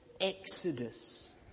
exodus